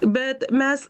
bet mes